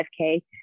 5k